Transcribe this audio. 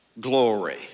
glory